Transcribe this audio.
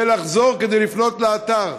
ולחזור כדי לפנות לאתר.